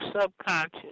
subconscious